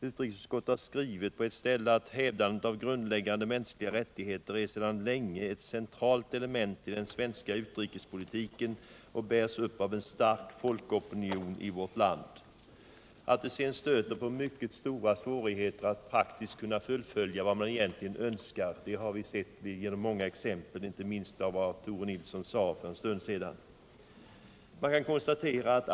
Utskottet har skrivit på ett ställe: ”Hävdandet av grundläggande mänskliga rättigheter är sedan länge ett centralt element i den svenska utrikespolitiken och bärs upp av en stark folkopinion i vårt land.” Att det sedan stöter på mycket stora svårigheter att praktiskt kunna fullfölja vad man egentligen önskar har vi sett genom många exempel. Det framgår inte minst av vad Tore Nilsson nyss sade.